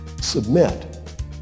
submit